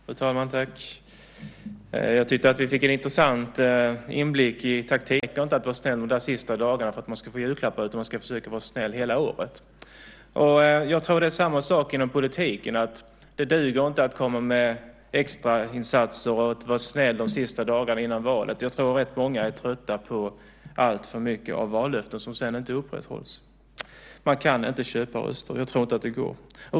Fru talman! Jag tycker att vi fick en intressant inblick i taktiktänkandet inom socialdemokratin: Det gäller att vara snäll de sista dagarna före julafton. Jag brukar säga till mina barn att det inte räcker att vara snäll de sista dagarna före julafton för att man ska få julklappar utan att man ska försöka vara snäll hela året. Det är samma sak inom politiken, att det inte duger att komma med extrainsatser och vara snäll de sista dagarna innan valet. Jag tror att rätt många är trötta på alltför mycket av vallöften som sedan inte hålls. Man kan inte köpa röster. Jag tror inte att det går.